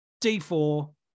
D4